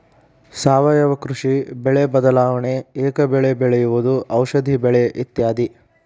ಸಾವಯುವ ಕೃಷಿ, ಬೆಳೆ ಬದಲಾವಣೆ, ಏಕ ಬೆಳೆ ಬೆಳೆಯುವುದು, ಔಷದಿ ಬೆಳೆ ಇತ್ಯಾದಿ